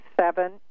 seven